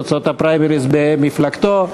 תוצאות הפריימריז במפלגתו.